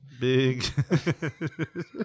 Big